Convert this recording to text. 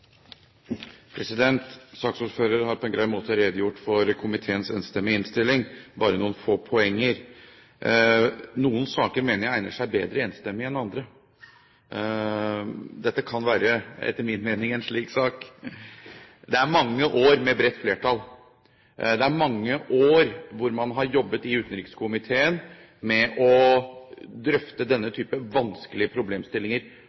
har på en grei måte redegjort for komiteens enstemmige innstilling. Jeg har bare noen få poenger. Noen saker mener jeg egner seg bedre for enstemmighet enn andre. Dette kan etter min mening være en slik sak. Det har vært mange år med bredt flertall. I mange år har man i utenrikskomiteen jobbet med å drøfte denne type vanskelige problemstillinger,